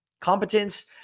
Competence